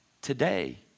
today